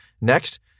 Next